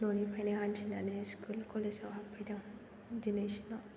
न'निफ्रायनो हान्थिनानै स्कुल कलेजाव हाबफैदों दिनैसिमाव